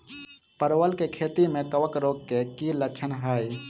परवल केँ खेती मे कवक रोग केँ की लक्षण हाय?